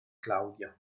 claudia